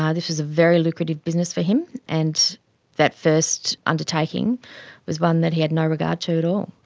ah this was a very lucrative business for him, and that first undertaking was one that he had no regard to at all.